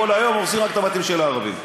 כל היום הורסים רק את הבתים של הערבים.